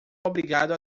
obrigado